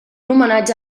homenatge